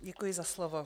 Děkuji za slovo.